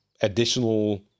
additional